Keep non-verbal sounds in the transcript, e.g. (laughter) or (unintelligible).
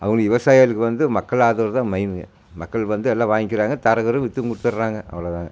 அவங் (unintelligible) விவசாயளுக்கு வந்து மக்கள் ஆதரவு தான் மெயின்னு மக்கள் வந்து எல்லாம் வாங்கிறாங்க தரகரும் விற்றும் கொடுத்துட்றாங்க அவ்வளோ தாங்க